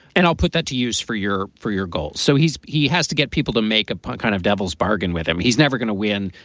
and i'll put that to use for your for your goals. so he's he has to get people to make a kind of devil's bargain with him. he's never gonna win.